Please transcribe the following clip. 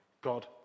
God